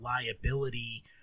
liability